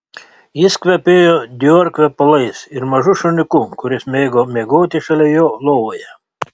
jis kvepėjo dior kvepalais ir mažu šuniuku kuris mėgo miegoti šalia jo lovoje